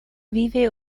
vive